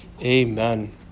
Amen